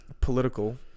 political